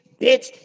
bitch